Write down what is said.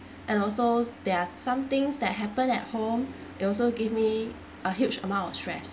and also there are some things that happen at home it also give me a huge amount of stress